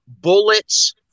bullets